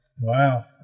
Wow